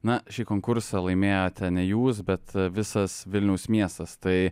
na šį konkursą laimėjot ne jūs bet visas vilniaus miestas tai